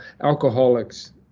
alcoholics